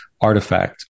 artifact